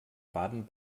baden